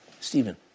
Stephen